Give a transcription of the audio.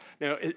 Now